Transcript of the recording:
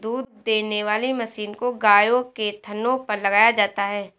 दूध देने वाली मशीन को गायों के थनों पर लगाया जाता है